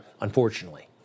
Unfortunately